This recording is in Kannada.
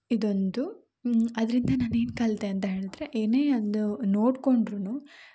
ಇದೊಂದು ಅದರಿಂದ ನಾನು ಏನು ಕಲಿತೆ ಅಂತ ಹೇಳಿದರೆ ಏನೇ ಅಂದು ನೋಡ್ಕೊಂಡ್ರು